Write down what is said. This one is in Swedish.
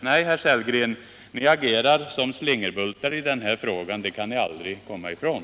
Nej, herr Sellgren, ni agerar som slingerbultar i den här frågan. Det kan ni aldrig komma ifrån.